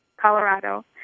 Colorado